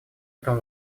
этому